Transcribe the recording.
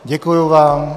Děkuji vám.